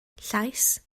llais